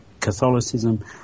catholicism